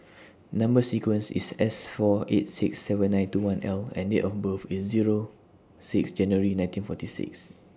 Number sequence IS S four eight six seven nine two one L and Date of birth IS Zero six January nineteen forty six